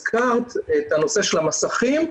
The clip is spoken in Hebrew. הזכרת את הנושא של המסכים,